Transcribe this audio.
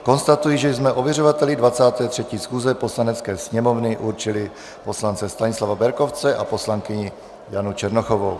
Konstatuji, že jsme ověřovateli 23. schůze Poslanecké sněmovny určili poslance Stanislava Berkovce a poslankyni Janu Černochovou.